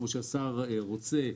כמו שהשר רוצה,